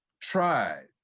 tried